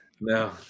No